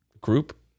Group